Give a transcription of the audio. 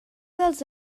dels